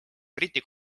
briti